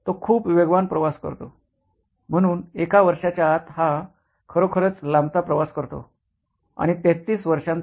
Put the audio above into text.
तो खूप वेगवान प्रवास करतो म्हणून एका वर्षाच्या आत हा खरोखरच लांबचा प्रवास करतो आणि 33 वर्षांचा